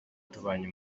tubanye